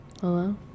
Hello